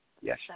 Yes